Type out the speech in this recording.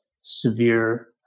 severe